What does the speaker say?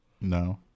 No